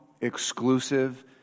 exclusive